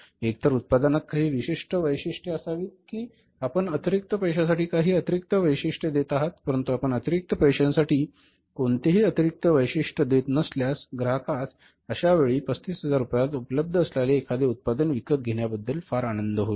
एकतर उत्पादनात काही विशिष्ट वैशिष्ट्ये असावीत की आपण अतिरिक्त पैशासाठी काही अतिरिक्त वैशिष्ट्ये देत आहातपरंतु आपण अतिरिक्त पैशांसाठी कोणतेही अतिरिक्त वैशिष्ट्य देत नसल्यास ग्राहकास अशावेळी 35000 रुपयांत उपलब्ध असलेले एखादे उत्पादन विकत घेतल्याबद्दल फार आनंद होईल